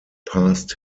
past